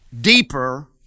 deeper